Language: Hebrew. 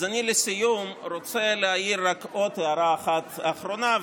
אז לסיום אני רוצה להעיר רק עוד הערה אחת אחרונה,